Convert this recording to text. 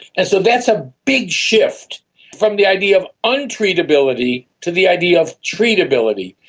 and so that's a big shift from the idea of un-treatability to the idea of treatability,